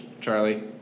Charlie